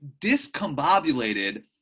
discombobulated